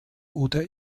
oder